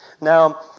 Now